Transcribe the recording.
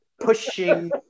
pushing